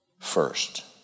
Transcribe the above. first